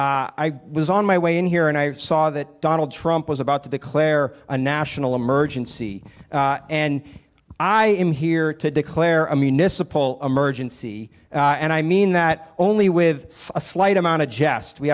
and i was on my way in here and i saw that donald trump was about to the claire a national emergency and i am here to declare i mean it's a poll emergency and i mean that only with a slight amount of gest we